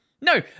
no